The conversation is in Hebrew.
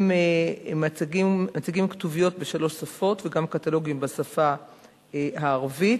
מציגים כתוביות בשלוש שפות וגם קטלוגים בשפה הערבית,